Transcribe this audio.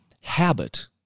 habit